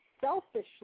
selfishly